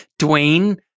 Dwayne